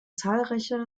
zahlreiche